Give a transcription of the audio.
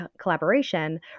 collaboration